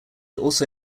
also